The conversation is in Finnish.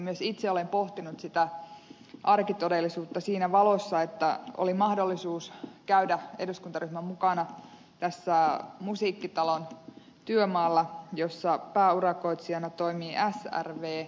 myös itse olen pohtinut sitä arkitodellisuutta siinä valossa että oli mahdollisuus käydä eduskuntaryhmän mukana musiikkitalon työmaalla jossa pääurakoitsijana toimii srv